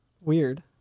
Weird